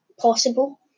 possible